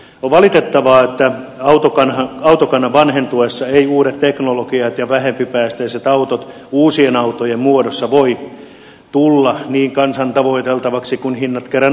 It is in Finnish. on valitettavaa että autokannan vanhentuessa eivät uudet teknologiat ja vähempipäästöiset autot uusien autojen muodossa voi tulla niin kansan tavoiteltaviksi kun hinnat kerran nousevat